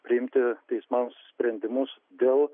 priimti teismams sprendimus dėl